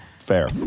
Fair